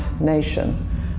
nation